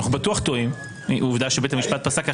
אנחנו בטוח טועים, עובדה שבית המשפט פסק אחרת.